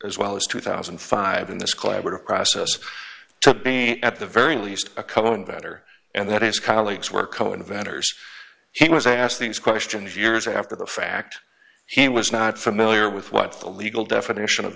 as well as two thousand and five in this collaborative process to be at the very least a couple and better and that his colleagues were co inventors he was asked these questions years after the fact he was not familiar with what the legal definition of